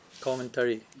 commentary